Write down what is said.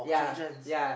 yeah yeah